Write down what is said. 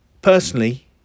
Personally